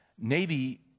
Navy